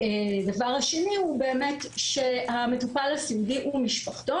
הדבר השני הוא שהמטופל הסיעודי ומשפחתו